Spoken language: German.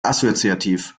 assoziativ